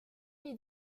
les